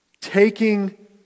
taking